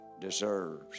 deserves